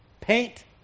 paint